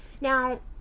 Now